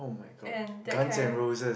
and that kind